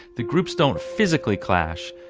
the groups don't physically clash,